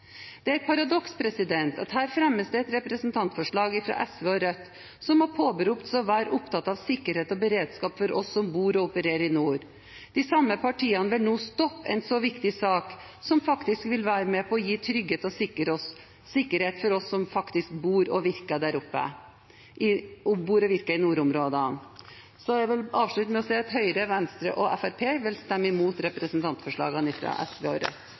Det er et paradoks at det her fremmes et representantforslag fra SV og Rødt, som har påberopt seg å være opptatt av sikkerhet og beredskap for oss som bor og opererer i nord. De samme partiene vil nå stoppe en så viktig sak, som faktisk vil være med på å gi trygghet og sikkerhet for oss som bor og virker i nordområdene. Jeg vil avslutte med å si at Høyre, Venstre og Fremskrittspartiet vil stemme imot representantforslaget fra SV og Rødt.